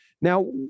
Now